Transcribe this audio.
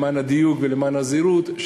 למען הדיוק ולמען הזהירות,